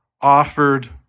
offered